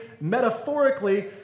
metaphorically